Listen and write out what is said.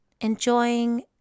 enjoying